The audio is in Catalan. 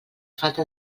falta